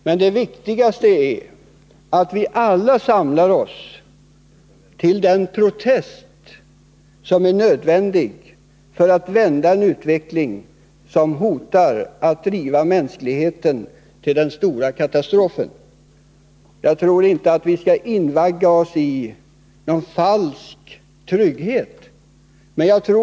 Men det viktigaste är att vi alla samlar oss till den protest som är nödvändig för att vända en utveckling som hotar att driva mänskligheten mot den stora katastrofen. Jag tror inte att vi skall invagga oss itron att vi är trygga, för det är en falsk tro.